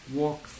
walk